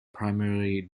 primary